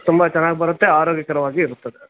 ತುಂಬ ಚೆನ್ನಾಗಿ ಬರುತ್ತೆ ಆರೋಗ್ಯಕರವಾಗಿಯೂ ಇರುತ್ತದೆ